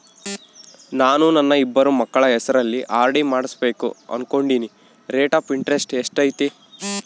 ನಾನು ನನ್ನ ಇಬ್ಬರು ಮಕ್ಕಳ ಹೆಸರಲ್ಲಿ ಆರ್.ಡಿ ಮಾಡಿಸಬೇಕು ಅನುಕೊಂಡಿನಿ ರೇಟ್ ಆಫ್ ಇಂಟರೆಸ್ಟ್ ಎಷ್ಟೈತಿ?